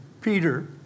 Peter